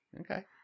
okay